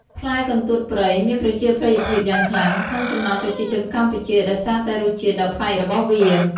ផ្លែកន្ទួតព្រៃមានប្រជាប្រិយភាពយ៉ាងខ្លាំងក្នុងចំណោមប្រជាជនកម្ពុជាដោយសារតែរសជាតិដ៏ប្លែករបស់វា។